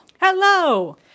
Hello